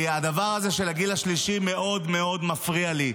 הדבר הזה של הגיל השלישי מאוד מאוד מפריע לי,